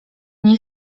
nie